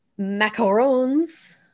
Macarons